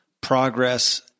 progress